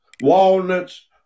walnuts